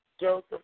Joseph